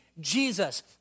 Jesus